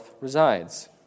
resides